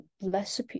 less